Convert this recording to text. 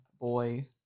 boy